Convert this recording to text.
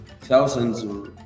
thousands